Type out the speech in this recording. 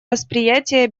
восприятия